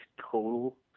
total